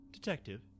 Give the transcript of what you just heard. Detective